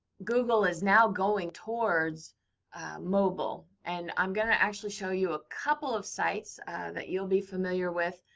google is now going towards mobile. and i'm going to actually show you a couple of sites that you'll be familiar with,